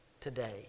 today